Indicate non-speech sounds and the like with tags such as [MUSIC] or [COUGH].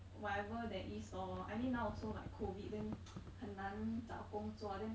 whatever there is lor I mean now also like COVID then [NOISE] 很难找工作 then